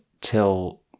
till